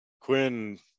Quinn